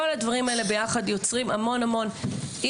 כל הדברים האלה יחד יוצרים המון אי-ודאות,